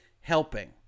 helping